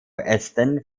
ästen